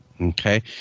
Okay